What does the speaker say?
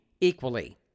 equally